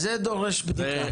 זה דורש בדיקה.